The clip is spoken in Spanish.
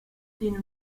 tiene